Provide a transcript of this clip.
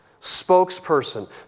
spokesperson